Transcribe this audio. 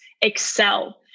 excel